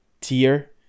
tier